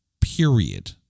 Period